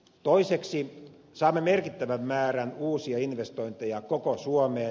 toiseksi saamme merkittävän määrän uusia investointeja koko suomeen